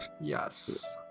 Yes